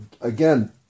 again